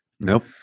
nope